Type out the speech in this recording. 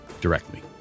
directly